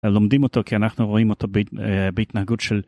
לומדים אותו כי אנחנו רואים אותו בהתנהגות של.